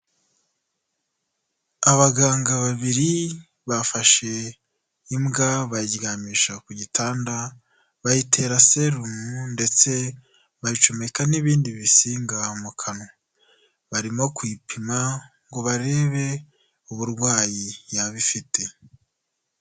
Abaganga babiri bafashe imbwa bayiryamisha ku gitanda, bayitera serumu ndetse bayicomeka n'ibindi bisinga mu kanwa, barimo kuyipima ngo barebe uburwayi yaba ifite.